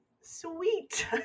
sweet